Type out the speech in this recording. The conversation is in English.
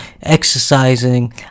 exercising